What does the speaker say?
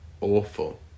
awful